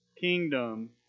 kingdom